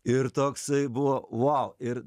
ir toksai buvo vau ir